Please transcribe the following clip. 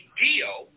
deal